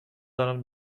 دارم